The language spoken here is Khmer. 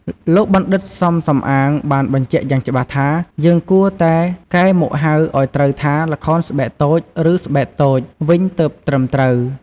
លោកបណ្ឌិត សំ សំអាង បានបញ្ជាក់យ៉ាងច្បាស់ថា យើងគួរតែកែមកហៅឱ្យត្រូវថា “ល្ខោនស្បែកតូច ឬ ស្បែកតូច” វិញទើបត្រឹមត្រូវ ។